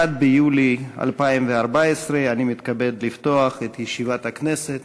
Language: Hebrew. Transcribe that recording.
1 ביולי 2014. אני מתכבד לפתוח את ישיבת הכנסת.